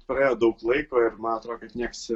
praėjo daug laiko ir man atrodo kad nieks